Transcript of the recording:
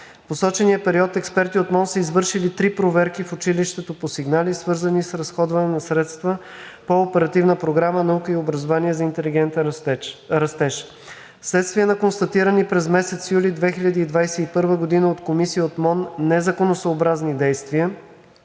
посочения период експерти от МОН са извършили 3 проверки в училището по сигнали, свързани с разходване на средства по Оперативна програма „Наука и образование за интелигентен растеж“. Вследствие на констатирани през месец юли 2021 г. от комисия от МОН незаконосъобразни действия